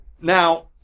Now